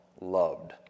loved